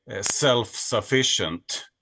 self-sufficient